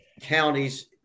counties